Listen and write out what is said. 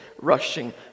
rushing